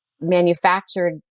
manufactured